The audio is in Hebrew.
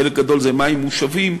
חלק גדול זה מים מושבים,